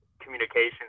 communication